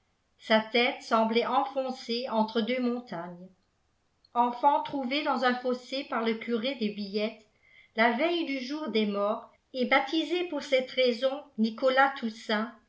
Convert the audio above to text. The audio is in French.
sa tête semblait enfoncée entre deux montagnes enfant trouvé dans un fossé par le cure des billettes la veille du jour des morts et baptisé pour cette raison nicolas